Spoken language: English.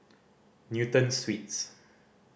Newton Suites